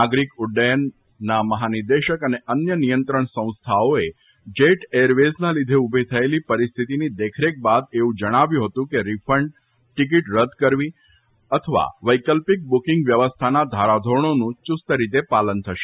નાગરિક ઉડ્ડયનના મહાનિદેશક અને અન્ય નિયંત્રણ સંસ્થાઓએ જેટ એર વેઝ ના લીધે ઉભી થયેલી પરિસ્થિતિની દેખરેખ બાદ એવું જણાવ્યું હતું કે રિફંડ ટીકીટ રદ થવી અથવા વેકલ્પિક બુકીંગ વ્યવસ્થાના ધારાધોરણનું ચુસ્ત રીતે પાલન થશે